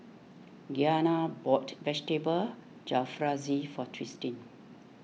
Gianna bought Vegetable Jalfrezi for Tristin